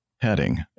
heading